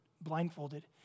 blindfolded